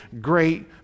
great